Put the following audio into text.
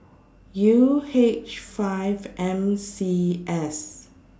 U H five M C S